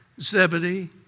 Zebedee